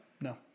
No